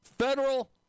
federal